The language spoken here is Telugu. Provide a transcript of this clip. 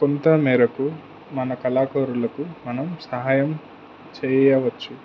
కొంత మేరకు మన కళాకారులకు మనం సహాయం చెయ్యవచ్చు